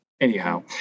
anyhow